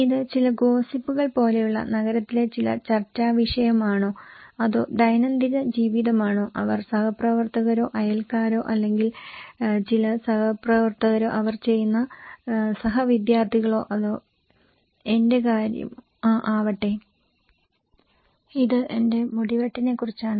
ഇത് ചില ഗോസിപ്പുകൾ പോലെയുള്ള നഗരത്തിലെ ചില ചർച്ചാ വിഷയമാണോ അതോ ദൈനംദിന ജീവിതമാണോ അവർ സഹപ്രവർത്തകരോ അയൽക്കാരോ അല്ലെങ്കിൽ ചില സഹപ്രവർത്തകരോ അവർ ചെയ്യുന്ന സഹ വിദ്യാർത്ഥികളോ അതോ എന്റെ കാര്യമോ ആവട്ടെ ഇത് എന്റെ മുടിവെട്ടിനെക്കുറിച്ചാണോ